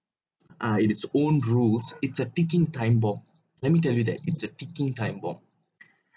uh its own rules it's a ticking time bomb let me tell you that it's a ticking time bomb